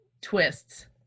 twists